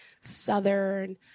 southern –